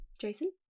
Jason